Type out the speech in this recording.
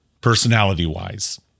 personality-wise